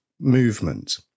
movement